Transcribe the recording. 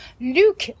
Luke